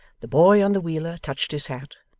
the boy on the wheeler touched his hat,